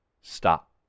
Stop